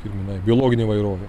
kirminai biologinė įvairovė